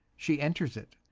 she enters it.